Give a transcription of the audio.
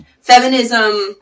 feminism